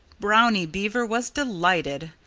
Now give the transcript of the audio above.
brownie beaver was delighted.